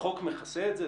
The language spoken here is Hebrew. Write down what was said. החוק מכסה את זה?